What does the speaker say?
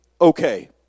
okay